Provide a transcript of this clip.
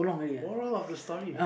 moral of the story